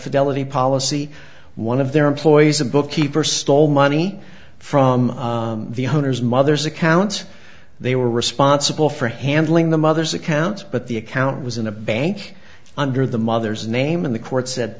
felony policy one of their employees a bookkeeper stole money from the owner's mother's accounts they were responsible for handling the mother's accounts but the account was in a bank under the mother's name and the court said